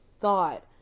thought